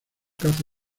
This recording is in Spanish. caza